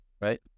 right